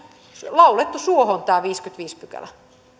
laulettu suohon